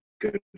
good